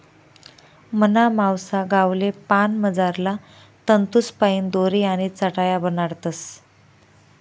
मना मावसा गावले पान मझारला तंतूसपाईन दोरी आणि चटाया बनाडतस